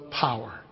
power